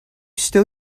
still